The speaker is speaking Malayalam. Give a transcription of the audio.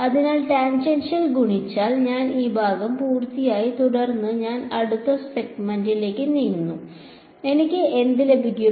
അതിനാൽ ടാൻജൻഷ്യൽ ഗുണിച്ചാൽ ഞാൻ ഈ ഭാഗം പൂർത്തിയാക്കി തുടർന്ന് ഞാൻ അടുത്ത സെഗ്മെന്റിലേക്ക് നീങ്ങുന്നു എനിക്ക് എന്ത് ലഭിക്കും